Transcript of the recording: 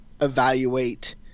evaluate